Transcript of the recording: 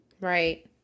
Right